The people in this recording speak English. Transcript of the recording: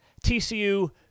TCU